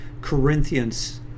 Corinthians